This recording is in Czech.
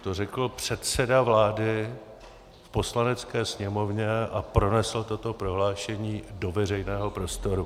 To řekl předseda vlády v Poslanecké sněmovně a pronesl toto prohlášení do veřejného prostoru.